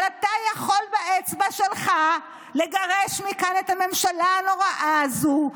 אבל אתה יכול באצבע שלך לגרש מכאן את הממשלה הנוראה הזו,